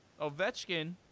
Ovechkin